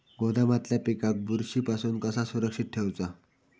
गोदामातल्या पिकाक बुरशी पासून कसा सुरक्षित ठेऊचा?